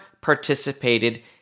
participated